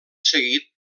seguit